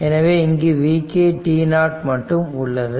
எனவே இங்கு vk t0 மட்டும் உள்ளது